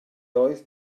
oedd